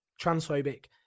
Transphobic